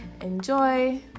enjoy